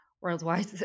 worldwide